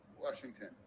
washington